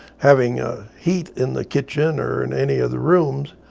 having ah heat in the kitchen or in any of the rooms,